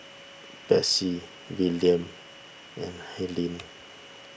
Besse Wiliam and Helyn